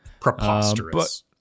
Preposterous